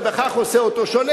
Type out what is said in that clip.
ובכך עושה אותו שונה.